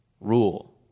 rule